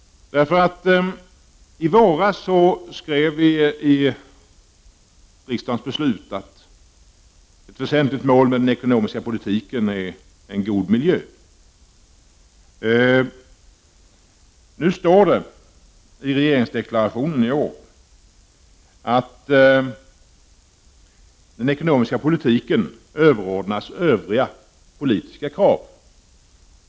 I våras skrev vi i ett riksdagsbeslut att ett väsentligt mål för den ekonomiska politiken är en god miljö. Det står i årets regeringsdeklaration att den ekonomiska politiken överordnas övriga politiska krav.